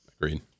Agreed